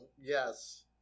Yes